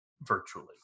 virtually